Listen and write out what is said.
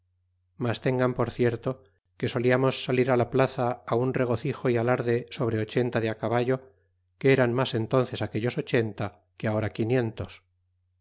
mas tengan por cierto que soliamos salir á la plaza un regocijo é alarde sobre ochenta de á caballo que eran mas enunces aquellos ochenta que ahora quinientos